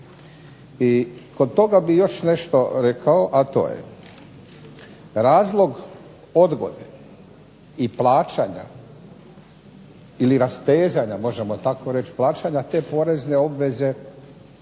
I kod toga bih još nešto rekao, a to je razlog odgode i plaćanja ili rastezanja, možemo tako reći plaćanja te porezne obveze